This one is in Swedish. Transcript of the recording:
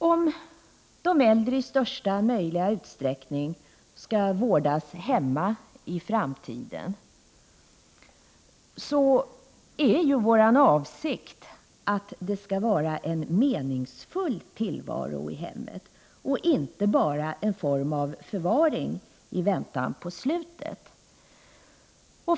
Om de äldre i största möjliga utsträckning skall vårdas hemma i framtiden är avsikten att de skall ha en meningsfull tillvaro i hemmet och inte bara en form av förvaring i väntan på slutet.